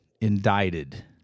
indicted